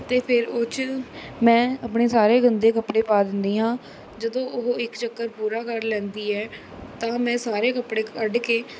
ਤਾਂ ਫੇਰ ਉਹ 'ਚ ਮੈਂ ਆਪਣੇ ਸਾਰੇ ਗੰਦੇ ਕੱਪੜੇ ਪਾ ਦਿੰਦੀ ਹਾਂ ਜਦੋਂ ਉਹ ਇੱਕ ਚੱਕਰ ਪੂਰਾ ਕਰ ਲੈਂਦੀ ਹੈ ਤਾਂ ਮੈਂ ਸਾਰੇ ਕੱਪੜੇ ਕੱਢ ਕੇ